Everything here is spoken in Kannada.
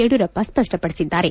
ಯಡಿಯೂರಪ್ಪ ಸ್ಪಷ್ಟಪಡಿಸಿದ್ದಾರೆ